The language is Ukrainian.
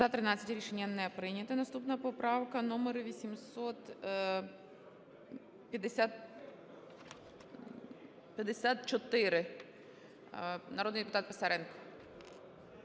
За-9 Рішення не прийнято. Наступна поправка - номер 852. Народний депутат Папієв.